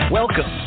welcome